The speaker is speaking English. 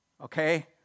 Okay